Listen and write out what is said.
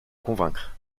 convaincre